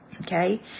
Okay